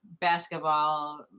basketball